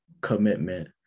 commitment